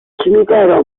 cimitero